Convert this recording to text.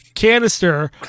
Canister